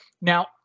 now